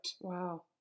Wow